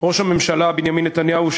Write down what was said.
ראש הממשלה בנימין נתניהו,